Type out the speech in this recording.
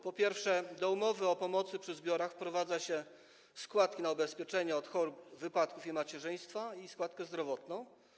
Po pierwsze, do umowy o pomocy przy zbiorach wprowadza się składki na ubezpieczenie od chorób, wypadków i macierzyństwa i składkę zdrowotną.